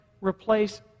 replace